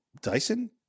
Dyson